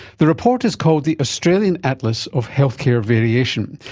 the report is called the australian atlas of healthcare variation.